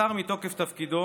השר מתוקף תפקידו